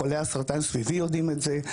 חולי הסרטן סביבי יודעים את זה,